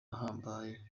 ahambaye